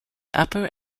upper